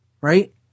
right